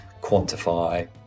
quantify